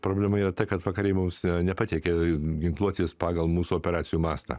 problema yra ta kad vakarai mums nepateikė ginkluotės pagal mūsų operacijų mastą